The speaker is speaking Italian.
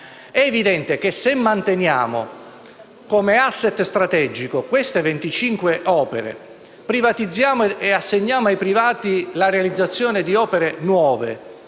È evidente che, se manteniamo come *asset* strategico queste 25 opere, privatizziamo e assegniamo ai privati la realizzazione di opere nuove